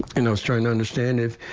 and those trying to understand it.